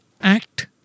act